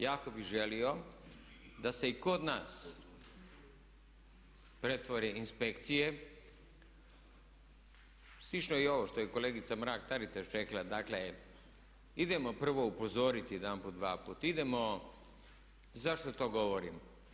Jako bih želio da se i kod nas pretvore inspekcije, slično i ovo što je kolegica Mrak-Taritaš rekla, dakle, idemo prvo upozoriti jedanput, dvaput, idemo zašto to govorim?